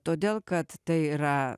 todėl kad tai yra